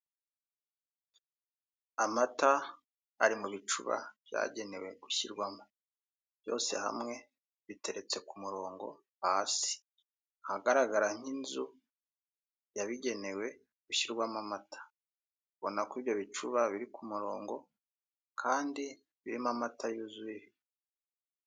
Amata ari mu bicuba byagenewe gushyirwamo byose hamwe biteretse ku murongo hasi, ahagaragara nk'inzu yabigenewe gushyirwamo amata ubona ko ibyo bicuba biri ku murongo kandi birimo amata yuzuye.